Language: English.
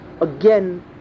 again